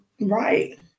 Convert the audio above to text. Right